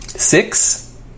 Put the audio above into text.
Six